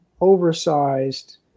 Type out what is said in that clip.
oversized